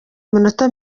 iminota